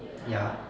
ya